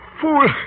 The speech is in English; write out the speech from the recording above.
fool